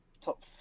top